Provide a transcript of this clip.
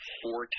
four